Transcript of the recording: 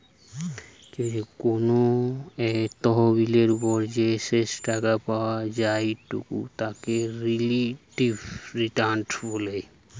কোনো একটা তহবিলের ওপর যে শেষ টাকা পাওয়া জায়ঢু তাকে রিলেটিভ রিটার্ন বলে